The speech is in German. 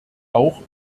auch